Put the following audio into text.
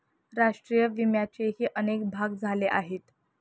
राष्ट्रीय विम्याचेही अनेक भाग झाले आहेत